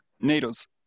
Needles